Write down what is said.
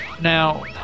Now